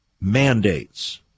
mandates